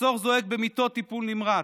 מחסור זועק במיטות טיפול נמרץ,